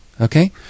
Okay